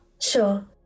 sure